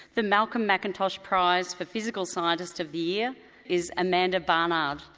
the malcolm mcintosh prize for physical scientist of the year is amanda barnard.